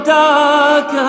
dark